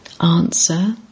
Answer